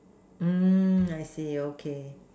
mm I see okay